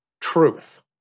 Truth